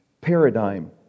paradigm